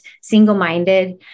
single-minded